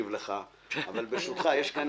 את רכבת ההתייקרויות אבל על זה הממשלה אומרת שהיא לא יכולה